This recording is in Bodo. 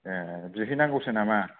ए बिहैनांगौसो नामा